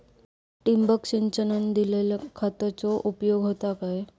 ठिबक सिंचनान दिल्या खतांचो उपयोग होता काय?